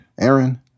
Aaron